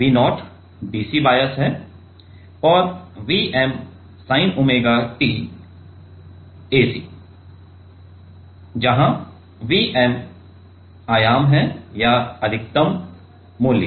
तो यह Va V0 dc bias है और या Vm आयाम है या अधिकतम मूल्य